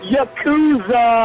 Yakuza